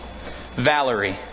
Valerie